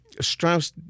Strauss